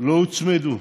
לא הוצמדו.